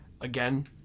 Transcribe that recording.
again